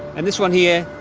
and this one here